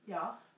Yes